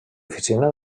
oficina